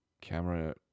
camera